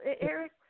Eric